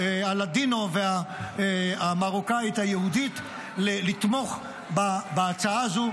הלדינו והמרוקאית היהודית לתמוך בהצעה הזו,